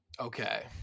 Okay